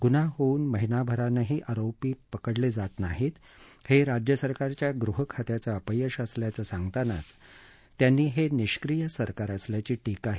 गुन्हा होऊन महिनाभरानक्ती आरोपी पकडलाजात नाहीत हाजिज्य सरकारच्या गृहखात्याचं अपयश असल्याचं सांगतानाच त्यांनी हा मिष्क्रीय सरकार असल्याची टीकाही क्ली